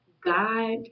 God